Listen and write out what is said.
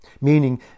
meaning